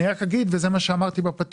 אני רק אגיד, וזה מה שאמרתי בפתיח,